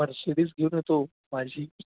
Mercedes घेऊन येतो माझी